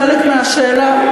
חלק מהשאלה,